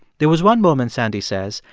there was one moment, sandy says,